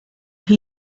who